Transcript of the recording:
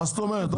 מה זאת אומרת?